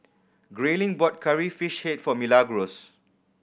Grayling bought Curry Fish Head for Milagros